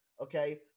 Okay